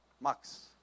Max